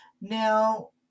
Now